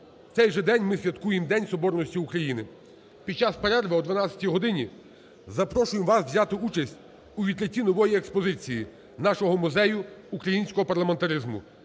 цей же день ми святкуємо День соборності України. Під час перерви о 12:00 годині запрошуємо вас взяти участь у відкритті нової експозиції нашого музею українського парламентаризму,